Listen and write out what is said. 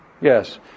Yes